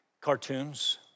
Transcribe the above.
cartoons